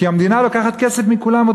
כי המדינה לוקחת את אותו כסף מכולם.